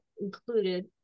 included